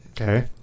okay